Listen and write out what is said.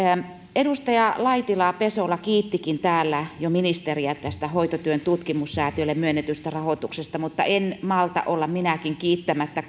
edustaja laitinen pesola kiittikin täällä jo ministeriä hoitotyön tutkimussäätiölle myönnetystä rahoituksesta mutta en malta olla minäkään kiittämättä